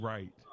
Right